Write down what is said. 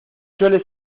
chole